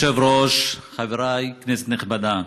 אדוני היושב-ראש, חבריי, כנסת נכבדה,